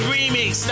Remix